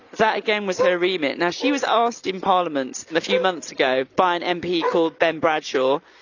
that again was her remit. now she was asked in parliament and a few months ago by an mp called ben bradshaw.